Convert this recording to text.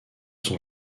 sont